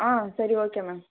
ஆ சரி okay ma'am